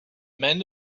men